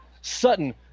Sutton